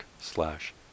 slash